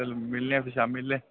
मिलने आं फ्ही शामी बेल्लै